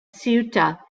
ceuta